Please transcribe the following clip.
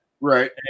Right